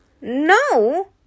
No